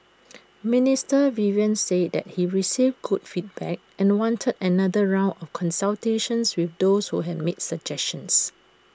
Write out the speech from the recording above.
Minister Vivian said that he received good feedback and wanted another round of consultations with those who had made suggestions